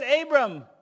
Abram